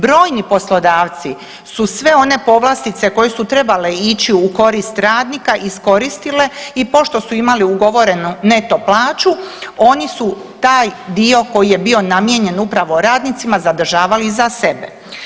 Brojni poslodavci su sve one povlastice koje su trebale ići u korist radnika iskoristili i pošto su imali ugovorenu neto plaću oni su taj dio koji je bio namijenjen upravo radnicima zadržavali za sebe.